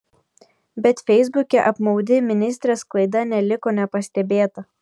bet feisbuke apmaudi ministrės klaida neliko nepastebėta